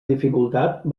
dificultat